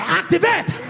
activate